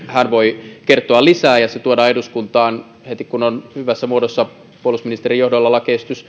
hän voi kertoa lisää ja se tuodaan eduskuntaan heti kun on hyvässä muodossa puolustusministerin johdolla lakiesitys